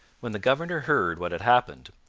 when the governor heard what had happened,